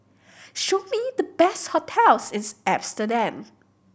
show me the best hotels in Amsterdam